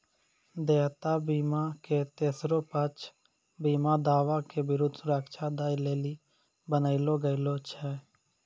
देयता बीमा के तेसरो पक्ष बीमा दावा के विरुद्ध सुरक्षा दै लेली बनैलो गेलौ छै